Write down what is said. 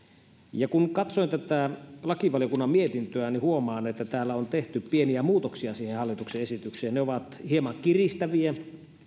kun katson tätä lakivaliokunnan mietintöä niin huomaan että täällä on tehty pieniä muutoksia hallituksen esitykseen ne ovat hieman kiristäviä